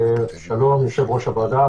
שלום יושב-ראש הוועדה,